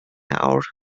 awr